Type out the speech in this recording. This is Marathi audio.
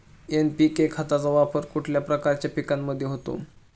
एन.पी.के खताचा वापर कुठल्या प्रकारच्या पिकांमध्ये होतो?